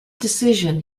decision